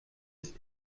ist